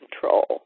control